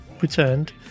returned